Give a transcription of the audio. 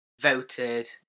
voted